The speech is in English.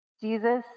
Jesus